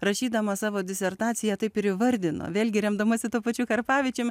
rašydama savo disertaciją taip ir įvardino vėlgi remdamasi tuo pačiu karpavičium